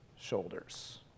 shoulders